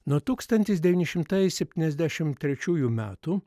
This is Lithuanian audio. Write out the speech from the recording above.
nuo tūkstantis devyni šimtai septyniasdešimt trečiųjų metų